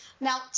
Now